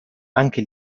anche